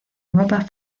nueva